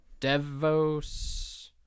Devos